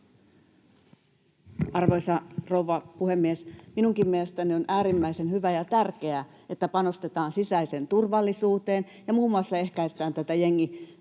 Arvoisa rouva puhemies! Minunkin mielestäni on äärimmäisen hyvä ja tärkeää, että panostetaan sisäiseen turvallisuuteen ja muun muassa ehkäistään tätä